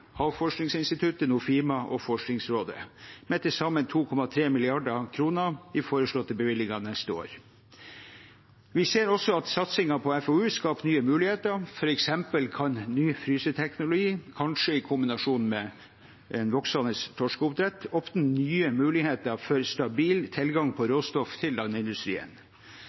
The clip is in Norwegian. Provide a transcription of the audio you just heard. Havforskningsinstituttet, Nofima og Forskningsra?det, med til sammen 2,3 mrd. kr i foreslåtte bevilgninger neste år. Vi ser ogsa? at satsingen på FOU skaper nye muligheter. For eksempel kan ny fryseteknologi, kanskje i kombinasjon med et voksende torskeoppdrett, a?pne nye muligheter for stabil tilgang pa? ra?stoff til landindustrien.